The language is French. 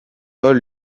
paul